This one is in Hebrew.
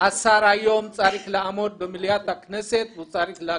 השר היום צריך לעמוד במליאת הכנסת והוא צריך להגיב.